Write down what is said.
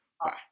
Bye